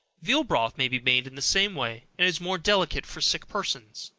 veal broth may be made in the same way, and is more delicate for sick persons.